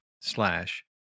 slash